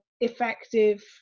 effective